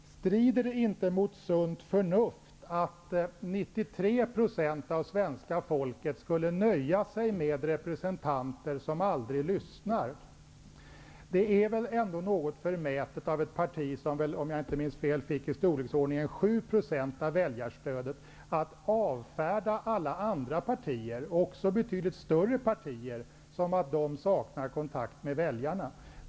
Fru talman! Strider det inte mot sunt förnuft att 93 % av svenska folket skulle nöja sig med representanter som aldrig lyssnar? Det är väl ändå något förmätet av ett parti som, om jag inte minns fel, fick i storleksordningen 7 % av väljarstödet, att avfärda alla andra partier, också betydligt större partier, med att de saknar kontakt med väljarna!